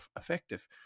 effective